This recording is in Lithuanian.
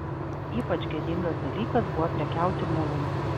ypač gėdingas dalykas buvo prekiauti mulais